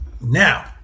Now